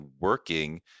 working